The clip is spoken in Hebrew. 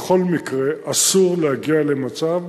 בכל מקרה, אסור להגיע למצב